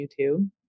YouTube